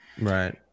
Right